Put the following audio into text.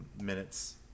Minutes